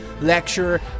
lecturer